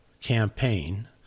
campaign